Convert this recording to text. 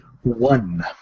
One